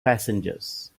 passengers